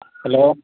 hello